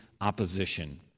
opposition